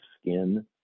skin